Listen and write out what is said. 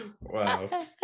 Wow